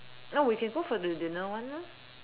oh we can go for the dinner one lah